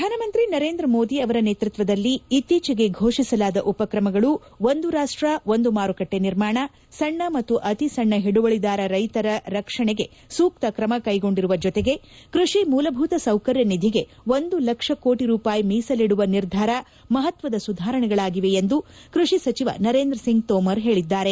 ಪ್ರಧಾನ ಮಂತ್ರಿ ನರೇಂದ್ರ ಮೋದಿ ಅವರ ನೇತೃತ್ವದಲ್ಲಿ ಇತ್ತೀಚೆಗೆ ಘೋಷಿಸಲಾದ ಕ್ರಮಗಳಾದ ಒಂದು ರಾಷ್ಟ ಒಂದು ಮಾರುಕಟ್ಟೆ ನಿರ್ಮಾಣ ಸಣ್ಣ ಮತ್ತು ಅತಿ ಸಣ್ಣ ಹಿಡುವಳಿದಾರ ರೈತರ ರಕ್ಷಣೆಗೆ ಸೂಕ್ತ ಕ್ರಮ ಕೈಗೊಂಡಿರುವ ಜೊತೆಗೆ ಕೃಷಿ ಮೂಲಭೂತ ಸೌಕರ್ಯ ನಿಧಿಗೆ ಒಂದು ಲಕ್ಷ ಕೋಟ ರೂಪಾಯಿ ಮೀಸಲಿಡುವ ನಿರ್ಧಾರ ಮಹತ್ವದ ಸುಧಾರಣೆಗಳಾಗಿವೆ ಎಂದು ಕೃಷಿ ಸಚಿವ ನರೇಂದ್ರ ಸಿಂಗ್ ತೋಮರ್ ಹೇಳದ್ದಾರೆ